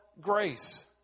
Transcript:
grace